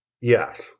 Yes